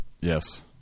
yes